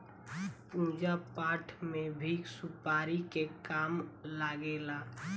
पूजा पाठ में भी सुपारी के काम लागेला